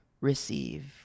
receive